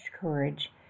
courage